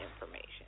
information